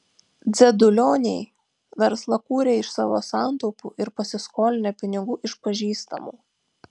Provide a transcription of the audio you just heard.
dzedulioniai verslą kūrė iš savo santaupų ir pasiskolinę pinigų iš pažįstamų